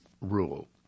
rule